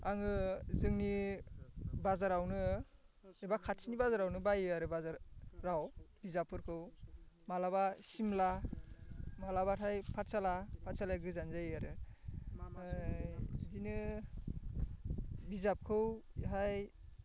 आङो जोंनि बाजारावनो एबा खाथिनि बाजारावनो बायो आरो बाजाराव बिजाबफोरखौ माब्लाबा सिमला माब्लाबाथाय पाथसाला पाथासालाया गोजान जायो आरो ओमफ्राय बिदिनो बिजाबखौ बेहाय